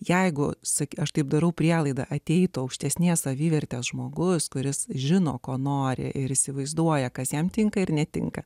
jeigu sakai aš taip darau prielaidą ateitų aukštesnės savivertės žmogus kuris žino ko nori ir įsivaizduoja kas jam tinka ir netinka